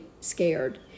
scared